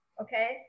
Okay